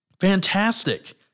Fantastic